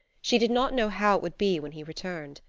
she did not know how it would be when he returned.